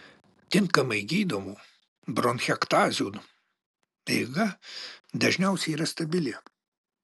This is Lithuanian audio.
tinkamai gydomų bronchektazių eiga dažniausiai yra stabili